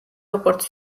როგორც